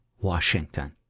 Washington